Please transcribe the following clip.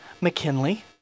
McKinley